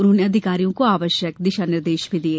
उन्होंने अधिकारियों को आवश्यक दिशा निर्देश भी दिये